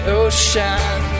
ocean